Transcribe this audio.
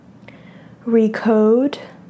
Recode